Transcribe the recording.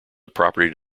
property